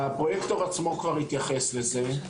הפרויקטור כבר התייחס לזה.